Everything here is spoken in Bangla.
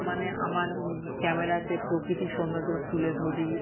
মানে আমার ক্যামেরাতে প্রকৃতির সৌন্দর্য তুলে ধরি